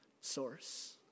source